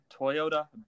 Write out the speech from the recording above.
Toyota